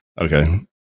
Okay